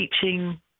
teaching